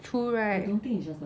true right